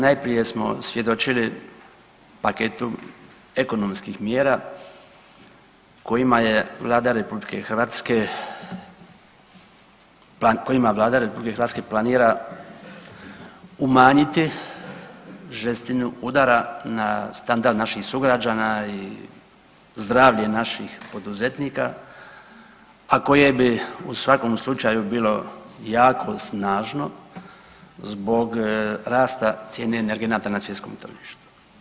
Najprije smo svjedočili paketu ekonomskih mjera kojima Vlada RH planira umanjiti žestinu udara na standard naših sugrađana i zdravlje naših poduzetnika, a koje bi u svakom slučaju bilo jako snažno zbog rasta cijene energenata na svjetskome tržištu.